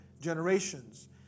generations